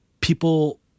people